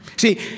See